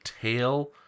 tail